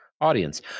audience